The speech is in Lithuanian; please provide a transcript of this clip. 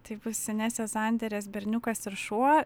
tai bus inesės zanderės berniukas ir šuo